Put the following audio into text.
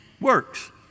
works